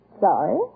Sorry